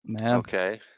Okay